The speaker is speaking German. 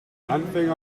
anfänger